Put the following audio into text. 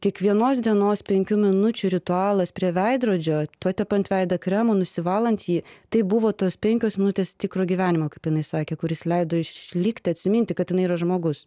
kiekvienos dienos penkių minučių ritualas prie veidrodžio patepant veidą kremu nusivalant jį tai buvo tos penkios minutės tikro gyvenimo kaip jinai sakė kuris leido išlikti atsiminti kad jinai yra žmogus